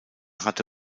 hatte